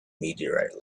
meteorite